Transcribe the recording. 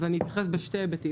אז אני אתייחס בשני היבטים,